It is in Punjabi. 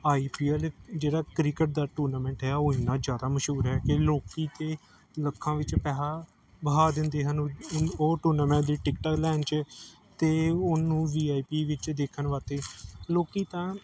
ਆਈ ਪੀ ਐਲ ਜਿਹੜਾ ਕ੍ਰਿਕਟ ਦਾ ਟੂਰਨਾਮੈਂਟ ਹੈ ਉਹ ਇੰਨਾ ਜ਼ਿਆਦਾ ਮਸ਼ਹੂਰ ਹੈ ਕਿ ਲੋਕ ਤਾਂ ਲੱਖਾਂ ਵਿੱਚ ਪੈਸਾ ਵਹਾ ਦਿੰਦੇ ਹਨ ਉਹ ਟੂਰਨਾਮੈਂਟ ਦੀ ਟਿਕਟ ਲੈਣ 'ਚ ਅਤੇ ਉਹਨੂੰ ਵੀ ਆਈ ਪੀ ਵਿੱਚ ਦੇਖਣ ਵਾਸਤੇ ਲੋਕ ਤਾਂ